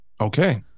Okay